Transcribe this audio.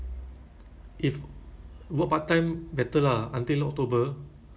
just typing on excel kan basic ah